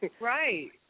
Right